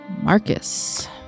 Marcus